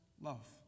Love